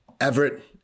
Everett